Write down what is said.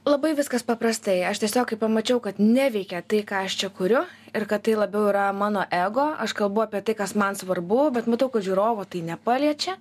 labai viskas paprastai aš tiesiog kai pamačiau kad neveikia tai ką aš čia kuriu ir kad tai labiau yra mano ego aš kalbu apie tai kas man svarbu bet matau kad žiūrovo tai nepaliečia